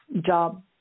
job